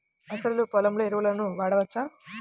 అసలు పొలంలో ఎరువులను వాడవచ్చా?